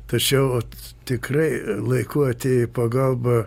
tačiau tikrai laiku atėję į pagalbą